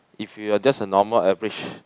if you are just a normal average